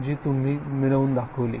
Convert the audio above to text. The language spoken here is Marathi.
जी तुम्ही मिळवुन दाखवली